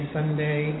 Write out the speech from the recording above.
Sunday